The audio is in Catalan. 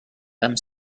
amb